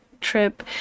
Trip